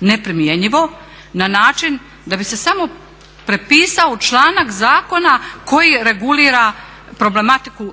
neprimjenjivo, na način da bi se samo prepisao članak zakona koji regulira problematiku